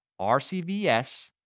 RCVS